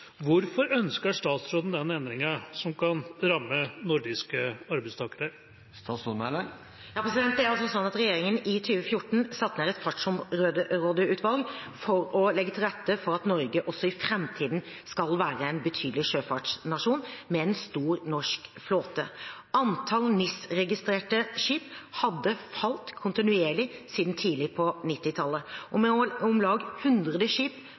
Hvorfor ønsker statsråden denne endringen som kan ramme nordiske arbeidstakere?» Regjeringen satte i 2014 ned et fartsområdeutvalg for å legge til rette for at Norge også i framtiden skal være en betydelig sjøfartsnasjon med en stor norsk flåte. Antall NIS-registrerte skip hadde falt kontinuerlig siden tidlig på 1990-tallet – med om lag 100 skip